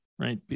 right